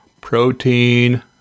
protein